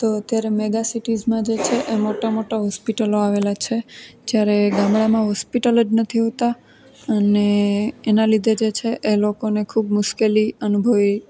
તો અત્યારે મેગા સિટીઝમાં જે છે એ મોટાં મોટાં હોસ્પિટલો આવેલાં છે જ્યારે ગામડામાં હોસ્પિટલો જ નથી હોતાં અને એનાં લીધે જે છે એ લોકોને ખૂબ મુશ્કેલી અનુભવવી